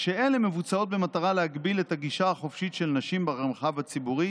כשאלה מבוצעות במטרה להגביל את הגישה החופשית של נשים במרחב הציבורי